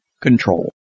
control